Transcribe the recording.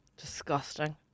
Disgusting